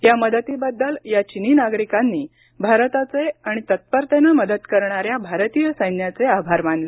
या मदतीबद्दल या चिनी नागरिकांनी भारताचे आणि तत्परतेनं मदत करणाऱ्या भारतीय सैन्याचे आभार मानले